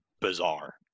bizarre